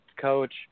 coach